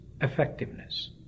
effectiveness